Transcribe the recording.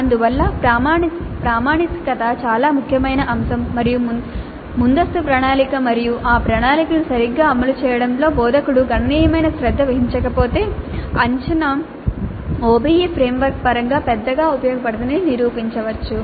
అందువల్ల ప్రామాణికత చాలా ముఖ్యమైన అంశం మరియు ముందస్తు ప్రణాళిక మరియు ఆ ప్రణాళికను సరిగ్గా అమలు చేయడంలో బోధకుడు గణనీయమైన శ్రద్ధ వహించకపోతే అంచనా OBE ఫ్రేమ్వర్క్ పరంగా పెద్దగా ఉపయోగపడదని నిరూపించవచ్చు